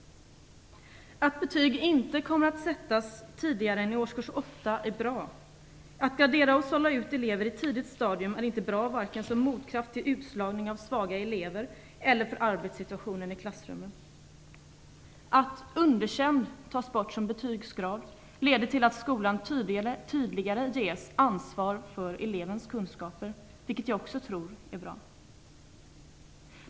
Att betyg inte kommer att sättas tidigare än i årskurs 8 är bra. Att gradera och sålla ut elever på ett så tidigt stadium är inte bra, varken som motkraft till utslagning av svaga elever eller för arbetssituationen i klassrummet. Att underkänd tas bort som betygsgrad leder till att skolan tydligare ges ansvar för elevens kunskaper, vilket jag också tror är bra.